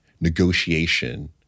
negotiation